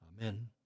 Amen